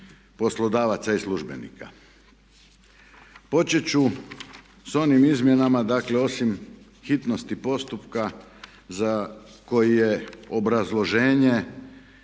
poslodavaca i službenika. Počet ću s onim izmjenama dakle osim hitnosti postupka za koji je obrazloženje